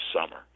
summer